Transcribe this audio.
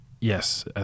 Yes